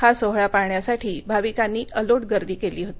हा सोहळा पाहण्यासाठी भाविकांनी अलोट गर्दी केली होती